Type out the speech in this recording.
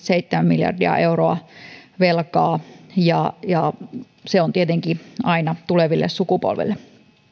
seitsemän miljardia euroa velkaa ja ja se on tietenkin aina tuleville sukupolville